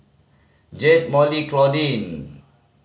Jayde Molly Claudine